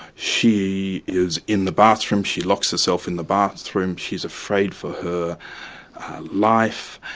she is in the bathroom, she locks herself in the bathroom, she's afraid for her life,